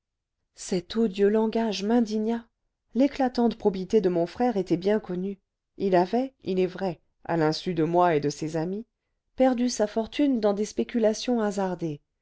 cet odieux langage m'indigna l'éclatante probité de mon frère était bien connue il avait il est vrai à l'insu de moi et de ses amis perdu sa fortune dans des spéculations hasardées